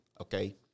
Okay